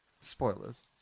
Spoilers